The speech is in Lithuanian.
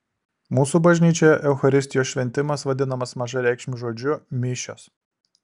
mūsų bažnyčioje eucharistijos šventimas vadinamas mažareikšmiu žodžiu mišios